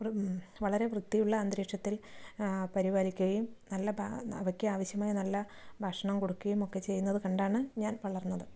വളരെ വൃത്തിയുള്ള അന്തരീക്ഷത്തിൽ പരിപാലിക്കുകയും നല്ല അവയ്ക്ക് ആവിശ്യമായ നല്ല ഭക്ഷണം കൊടുക്കുകയും ഒക്കെ ചെയ്യുന്നത് കണ്ടാണ് ഞാൻ വളർന്നത്